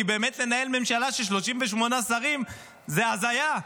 כי באמת לנהל ממשלה של 38 זרים זו הזיה.